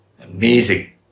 Amazing